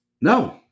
no